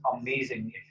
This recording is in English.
amazing